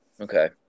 Okay